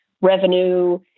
revenue